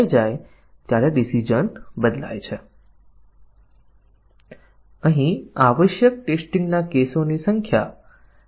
અને તે જ સમયે આપણે 100 ટકા MCDC કવરેજ પ્રાપ્ત કરવા માટે જરૂરી પરીક્ષણ કેસોની સંખ્યાને ઓછી રાખવાનો પ્રયત્ન કરીશું